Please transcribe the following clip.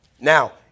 Now